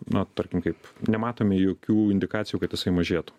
na tarkim kaip nematome jokių indikacijų kad jisai mažėtų